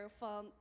van